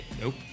Nope